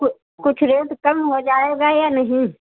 कु कुछ रेट कम हो जाएगा या नहीं